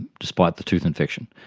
despite the tooth infection.